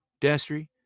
Destry